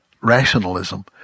rationalism